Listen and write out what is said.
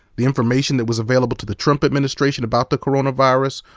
the information that was available to the trump administration about the coronavirus,